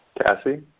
Cassie